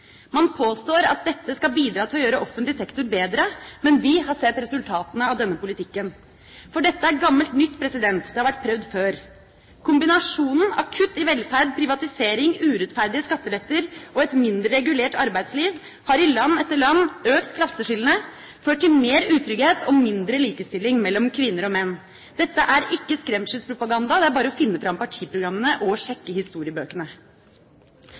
Man påstår at dette skal bidra til å gjøre offentlig sektor bedre, men vi har sett resultatene av denne politikken. Dette er gammelt nytt, det har vært prøvd før. Kombinasjonen av kutt i velferd, privatisering, urettferdige skatteletter og et mindre regulert arbeidsliv har i land etter land økt klasseskillene, ført til mer utrygghet og mindre likestilling mellom kvinner og menn. Dette er ikke skremselspropaganda, det er bare å finne fram partiprogrammene og å sjekke historiebøkene.